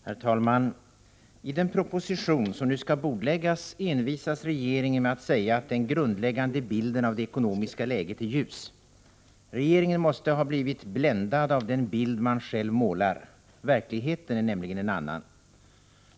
Herr talman! I den proposition som nu skall bordläggas envisas regeringen med att säga att den grundläggande bilden av det ekonomiska läget är ljus. Regeringen måste ha blivit bländad av den bild man själv målar. Verkligheten är nämligen en annan.